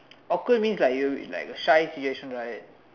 awkward means like you like a shy situation right